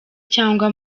cyangwa